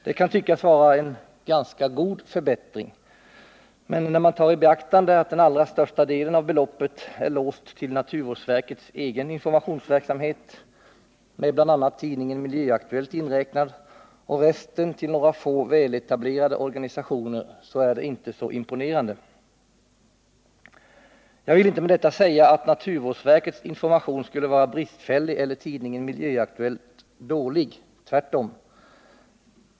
Det kan tyckas vara en ganska god förbättring, men när man tar i beaktande att den allra största delen av beloppet är låst till naturvårdsverkets egen informationsverksamhet, med bl.a. tidningen Miljöaktuellt inräknad, och resten till några få väletablerade organisationer, är det inte så imponerande. Jag vill med detta inte säga att naturvårdsverkets information skulle vara bristfällig eller tidningen Miljöaktuellt dålig, tvärtom.